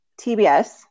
TBS